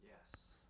yes